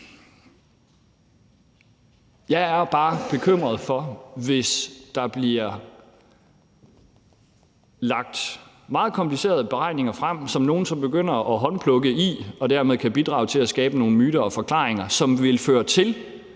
Jeg er bare bekymret for det, hvis der bliver lagt meget komplicerede beregninger frem, som nogle så begynder at håndplukke af, hvilket så dermed kan bidrage til at skabe nogle myter og forklaringer, som vil føre til,